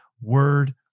Word